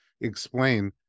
explain